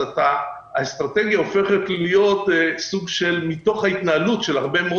אז האסטרטגיה הופכת להיות סוג של מתוך ההתנהלות של הרבה מאוד